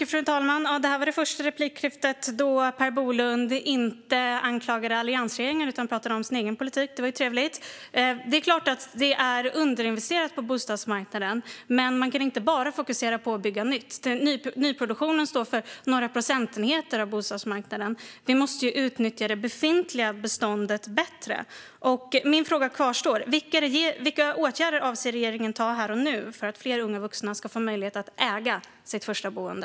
Fru talman! Detta var det första replikskifte där Per Bolund inte anklagade alliansregeringen utan talade om sin egen politik - det var ju trevligt! Det är klart att det är underinvesterat på bostadsmarknaden, men man kan inte bara fokusera på att bygga nytt. Nyproduktionen står för några procent av bostadsmarknaden. Vi måste utnyttja det befintliga beståndet bättre. Min fråga kvarstår: Vilka åtgärder avser regeringen att vidta här och nu för att fler unga vuxna ska få möjlighet att äga sitt första boende?